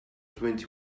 twenty